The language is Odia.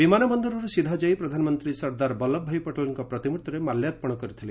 ବିମାନ ବନ୍ଦରରୁ ସିଧା ଯାଇ ପ୍ରଧାନମନ୍ତ୍ରୀ ସର୍ଦ୍ଦାର ବଲ୍ଲଭଭାଇ ପଟେଲ୍ଙ୍କ ପ୍ରତିମୂର୍ତ୍ତିରେ ମାଲ୍ୟାର୍ପଣ କରିଥିଲେ